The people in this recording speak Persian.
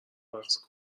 رقص